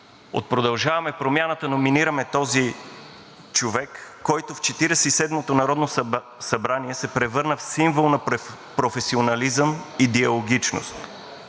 От „Продължаваме Промяната“ номинираме този човек, който в Четиридесет и седмото народно събрание се превърна в символ на професионализъм и диалогичност.